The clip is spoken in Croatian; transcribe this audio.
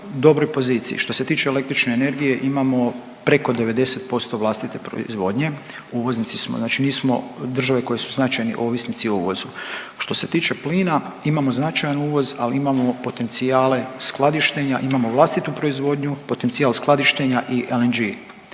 dobroj poziciji. Što se tiče električne energije imamo preko 90% vlastite proizvodnje, uvoznici smo, znači nismo države koje su značajni ovisnici o uvozu. Što se tiče plina imamo značajan uvoz, ali imamo potencijale skladištenja, imamo vlastitu proizvodnju, potencijal skladištenja i LNG